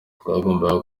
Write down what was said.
twagombaga